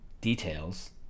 details